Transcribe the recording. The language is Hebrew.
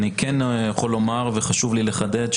אני כן יכול לומר וחשוב לי לחדד,